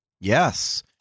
Yes